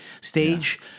Stage